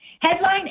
headline